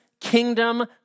kingdom